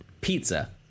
pizza